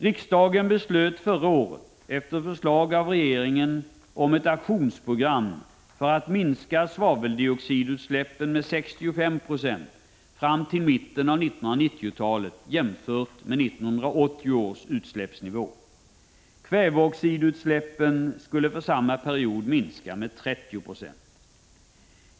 Riksdagen beslöt förra året, efter förslag av regeringen, om ett aktionsprogram för att minska svaveldioxidutsläppen med 65 96 fram till mitten av 1990-talet jämfört med 1980 års utsläppsnivå. Kväveoxidutsläppen skulle för samma period minska med 30 96.